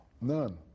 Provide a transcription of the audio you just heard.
None